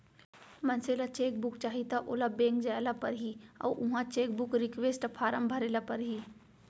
मनसे ल cheque book चाही त ओला बेंक जाय ल परही अउ उहॉं चेकबूक रिक्वेस्ट फारम भरे ल परही